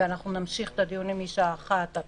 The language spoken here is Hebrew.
ונמשיך את הדיונים מהשעה 13:00 עד